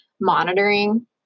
monitoring